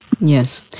Yes